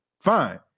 fine